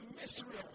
mystery